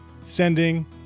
sending